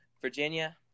Virginia